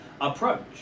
approach